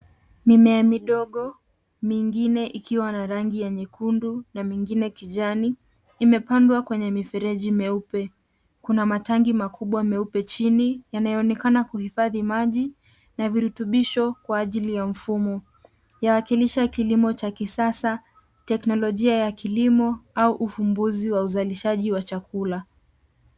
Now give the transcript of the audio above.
Mimea midogo mingine ikiwa na rangi ya nyekundu na mingine kijani imepandwa kwenye mifereji meupe. Kuna matangi makubwa meupe chini yanayoonekana kuhifadhi maji na virutubisho kwa ajili ya mfumo. Yanawakilisha kilimo cha kisasa, teknolojia ya kilimo au ufumbuzi wa uzalishaji wa chakula.